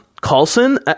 Carlson